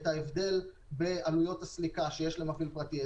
את ההבדל בעלויות הסליקה שיש למפעיל פרטי,